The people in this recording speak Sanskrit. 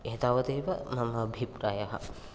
एतावदेव मम अभिप्रायः